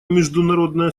международное